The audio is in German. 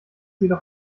jedoch